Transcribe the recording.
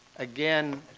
again,